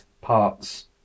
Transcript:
parts